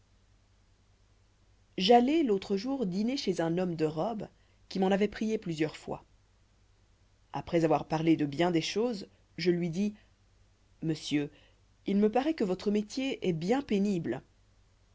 allai l'autre jour dîner chez un homme de robe qui m'en avoit prié plusieurs fois après avoir parlé de bien des choses je lui dis monsieur il me paroît que votre métier est bien pénible